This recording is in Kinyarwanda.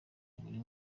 buri